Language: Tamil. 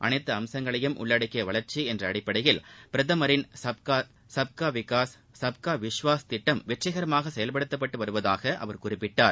அனைத்து அம்சங்களையும் உள்ளடக்கிய வளர்ச்சி என்ற அடிப்படையில் பிரதமரின் சப்காசாத் சப்காவிகாஸ் சுப்கா விசுவாஸ் திட்டம் வெற்றிகமாக செயல்படுத்தப்பட்டு வருவதாக அவர் குறிப்பிட்டார்